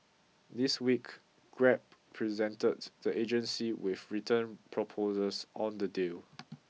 this week Grab presented the agency with written proposals on the deal